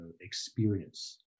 experience